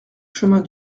chemin